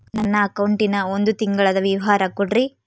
ನನ್ನ ಅಕೌಂಟಿನ ಒಂದು ತಿಂಗಳದ ವಿವರ ಕೊಡ್ರಿ?